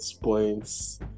points